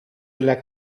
della